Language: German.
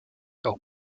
auch